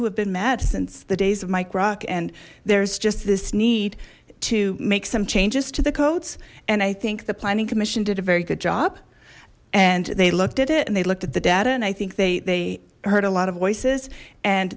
who have been mad since the days of mike rock and there's just this need to make some changes to the codes and i think the planning commission did a very good job and they looked at it and they looked at the data and i think they heard a lot of voices and